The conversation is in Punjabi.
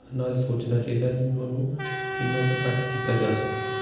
ਨਾਲ ਸੋਚਣਾ ਚਾਹੀਦਾ ਜਿਹਨਾਂ ਨੂੰ ਕਿੰਨਾ ਕੁ ਘੱਟ ਕੀਤਾ ਜਾ ਸਕੇ